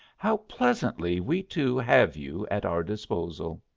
how pleasantly we two have you at our disposal.